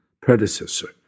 predecessor